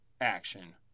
action